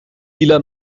إلى